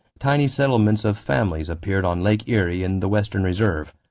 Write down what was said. tiny settlements of families appeared on lake erie in the western reserve,